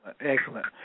excellent